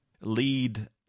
lead